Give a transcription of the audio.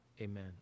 Amen